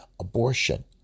abortion